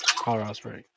colorado